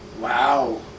Wow